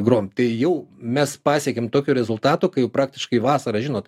grojam tai jau mes pasiekėm tokio rezultato kai jau praktiškai vasara žinot